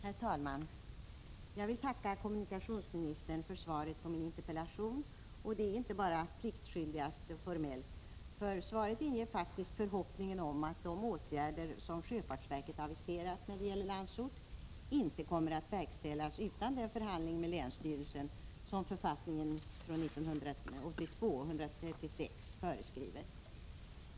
Herr talman! Jag vill tacka kommunikationsministern för svaret på min interpellation, och det inte bara pliktskyldigast och formellt. Svaret inger faktiskt förhoppningen att de åtgärder som sjöfartsverket aviserat när det gäller Landsort inte kommer att verkställas utan den förhandling med länsstyrelsen som författning SFS 1982:136 föreskriver.